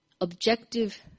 objective